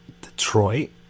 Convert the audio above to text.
detroit